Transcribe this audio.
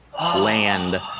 land